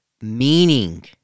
meaning